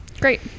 Great